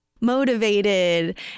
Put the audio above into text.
motivated